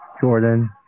Jordan